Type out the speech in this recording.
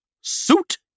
suit